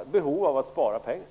ett behov att spara pengar.